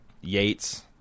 Yates